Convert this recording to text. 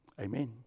Amen